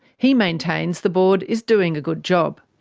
he maintains the board is doing a good job.